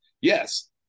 yes